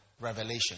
Revelation